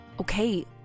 Okay